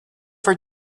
for